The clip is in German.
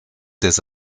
des